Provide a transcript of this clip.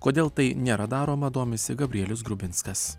kodėl tai nėra daroma domisi gabrielius grubinskas